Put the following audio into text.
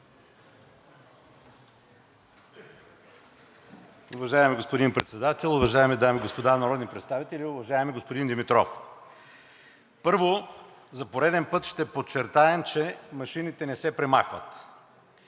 Уважаеми господин Председател, уважаеми дами и господа народни представители, уважаеми господин Димитров! Първо, за пореден път ще подчертаем, че машините не се премахват.